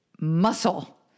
muscle